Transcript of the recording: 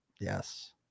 Yes